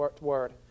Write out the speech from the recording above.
word